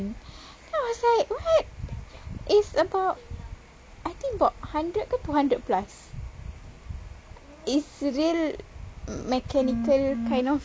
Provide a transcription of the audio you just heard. then I was like what it's about I think about hundred ke two hundred plus is real mechanical kind of